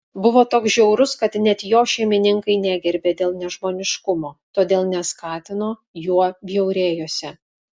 buvo toks žiaurus kad net jo šeimininkai negerbė dėl nežmoniškumo todėl neskatino juo bjaurėjosi